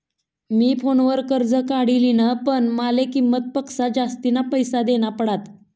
मी फोनवर कर्ज काढी लिन्ह, पण माले किंमत पक्सा जास्तीना पैसा देना पडात